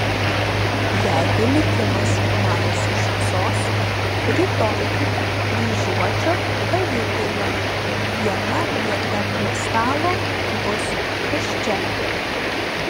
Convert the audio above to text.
jeigu likimas man nusišypsos rytoj kryžiuočio kajutėje viena vieta prie stalo bus tuščia